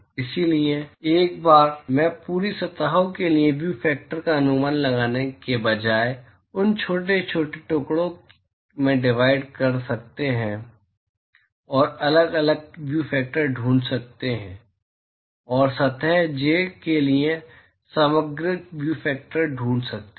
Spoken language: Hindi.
इसलिए एक बार में पूरी सतहों के लिए व्यू फैक्टर का अनुमान लगाने के बजाय आप उन्हें छोटे टुकड़ों में डिवाइड कर सकते हैं और अलग अलग व्यू फैक्टर ढूंढ सकते हैं और सतह जे के लिए समग्र व्यू फैक्टर ढूंढ सकते हैं